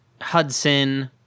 Hudson